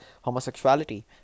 homosexuality